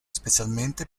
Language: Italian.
specialmente